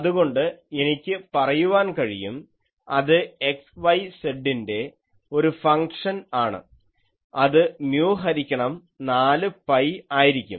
അതുകൊണ്ട് എനിക്ക് പറയുവാൻ കഴിയും അത് xyz ൻറെ ഒരു ഫങ്ക്ഷൻ ആണ് അത് മ്യൂ ഹരിക്കണം 4 pi ആയിരിക്കും